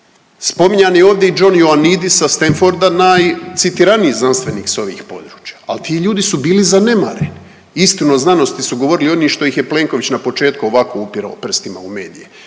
Spominjan je ovdje i John Ioannidis sa Stanforda najcitiraniji znanstvenik sa ovih područja. Ali ti ljudi su bili zanemareni. Istinu o znanosti su govorili oni što ih je Plenković na početku ovako upirao prstima u medije